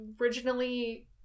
Originally